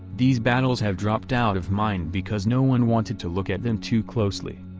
these battles have dropped out of mind because no one wanted to look at them too closely.